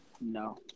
no